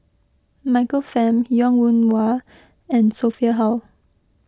Michael Fam Wong Yoon Wah and Sophia Hull